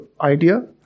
idea